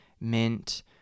Mint